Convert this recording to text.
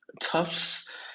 Tufts